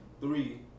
Three